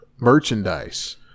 merchandise